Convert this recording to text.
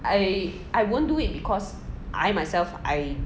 I I won't do it because I myself I